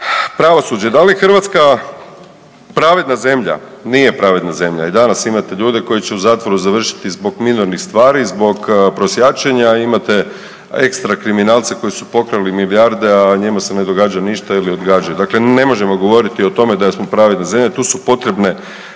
Pravosuđe. Da li je Hrvatska pravedna zemlja? Nije pravedna zemlja i danas imate ljudi koji će u zatvoru završiti zbog minornih stvari, zbog prosjačenja, a imate ekstra kriminalce koji su pokrali milijarde, a njima se ne događa ništa ili odgađa. Dakle, ne možemo govoriti o tome da smo pravedna zemlja. Tu su potrebne